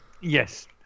yes